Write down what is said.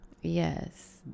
Yes